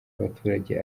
y’abaturage